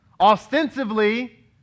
ostensibly